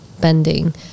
bending